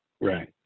Right